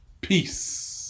Peace